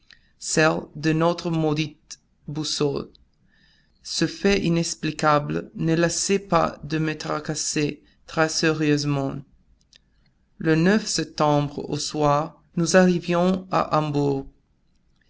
celle de notre maudite boussole ce fait inexplicable ne laissait pas de me tracasser très sérieusement le septembre au soir nous arrivions à hambourg